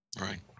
Right